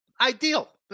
ideal